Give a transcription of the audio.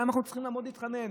למה אנחנו צריכים לעמוד להתחנן?